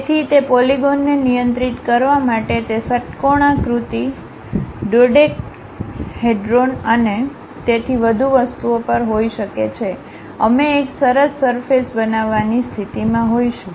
તેથી તે પોલીગોનને નિયંત્રિત કરવા માટે તે ષટ્કોણાકૃતિ ડોડેકેહેડ્રોન અને તેથી વધુ વસ્તુઓ પર હોઈ શકે છે અમે એક સરસ સરફેસ બનાવવાની સ્થિતિમાં હોઈશું